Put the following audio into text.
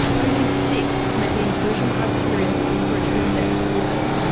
only six met the inclusion criteria for an in-depth audit.